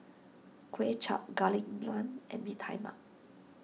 Kuay Chap Garlic Naan and Bee Tai Mak